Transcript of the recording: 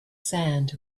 sand